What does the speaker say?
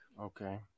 Okay